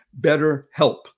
BetterHelp